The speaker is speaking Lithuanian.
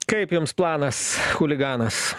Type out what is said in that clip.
kaip jums planas chuliganas